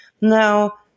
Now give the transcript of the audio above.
Now